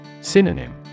Synonym